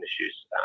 issues